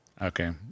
Okay